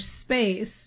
space